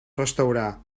restaurar